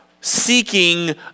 seeking